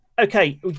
okay